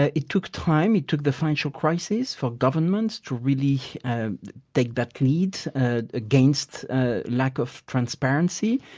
ah it took time it took the financial crisis for governments to really take that lead ah against lack of transparency.